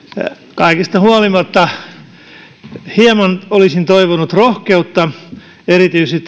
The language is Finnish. kaikesta huolimatta hieman olisin toivonut rohkeutta erityisesti